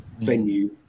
venue